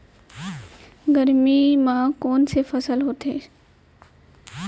गरमी मा कोन से फसल होथे?